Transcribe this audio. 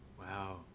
Wow